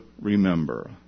remember